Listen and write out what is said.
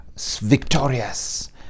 victorious